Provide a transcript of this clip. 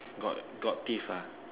got got teeth ah